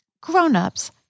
Grown-ups